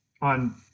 on